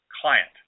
client